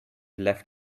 left